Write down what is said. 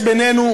יש בינינו,